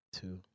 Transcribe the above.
two